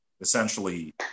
essentially